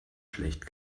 schlecht